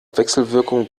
wechselwirkung